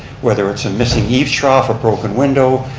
whether it's a missing eve trough, or broken window,